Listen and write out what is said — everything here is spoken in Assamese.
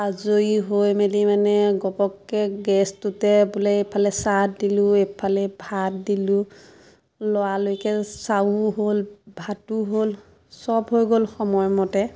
আজৰি হৈ মেলি মানে গপককে গেছটোতে বোলে এইফালে চাহ দিলোঁ এইফালে ভাত দিলোঁ লৰালৰিকে চাহো হ'ল ভাতো হ'ল চব হৈ গ'ল সময়মতে